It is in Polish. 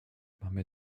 mamy